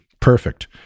Perfect